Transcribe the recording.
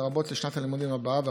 לרבות לשנת הלימודים הבאה,